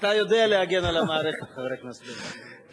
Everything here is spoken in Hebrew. אתה יודע להגן על המערכת, חבר הכנסת בילסקי.